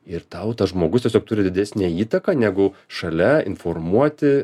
ir tau tas žmogus tiesiog turi didesnę įtaką negu šalia informuoti